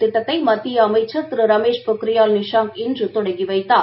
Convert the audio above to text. திட்டத்தைமத்தியஅமைச்சர் திருரமேஷ் பொக்ரியால் நிஷாங் இன்றுதொடங்கிவைத்தார்